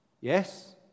Yes